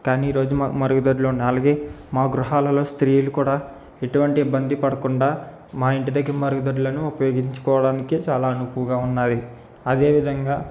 కానీ ఈ రోజు మరుగుదొడ్లు ఉన్న ఉన్న వాళ్ళకి మా గృహాలలో స్త్రీలు కూడా ఎటువంటి ఇబ్బంది పడకుండా మా ఇంటిదగ్గర మరుగుదొడ్లను ఉపయోగించుకోవడానికి చాలా అనుకువగా ఉన్నాయి అదేవిధంగా